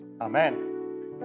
Amen